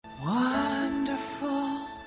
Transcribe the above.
Wonderful